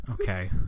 Okay